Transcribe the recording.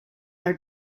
are